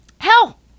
Hell